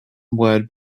word